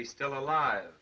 he's still alive